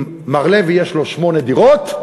אם למר לוי יש שמונה דירות,